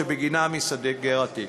ובגין זה ייסגר התיק.